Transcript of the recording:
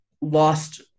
lost